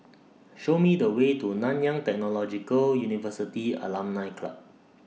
Show Me The Way to Nanyang Technological University Alumni Club